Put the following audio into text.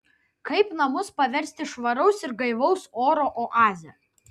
kaip namus paversti švaraus ir gaivaus oro oaze